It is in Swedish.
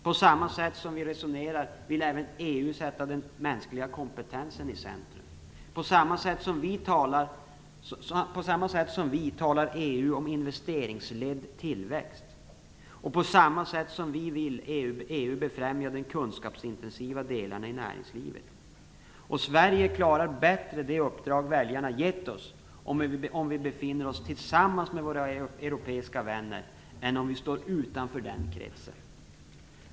På samma sätt som vi resonerar vill även EU sätta den mänskliga kompetensen i centrum. På samma sätt som vi talar EU om en investeringsledd tillväxt. På samma sätt som vi vill EU befrämja de kunskapsintensiva delarna i näringslivet. Sverige klarar bättre det uppdrag som väljarna har gett oss om vi befinner oss tillsammans med våra europeiska vänner än om vi står utanför den kretsen.